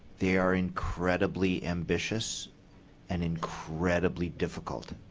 they are incredibly ambitious and incredibly difficult.